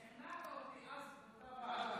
שכנעת אותי אז, בוועדה.